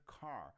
car